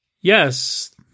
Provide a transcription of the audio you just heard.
yes